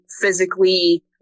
physically